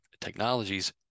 technologies